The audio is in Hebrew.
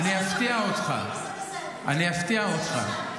אני אפתיע אותך, אני אפתיע אותך.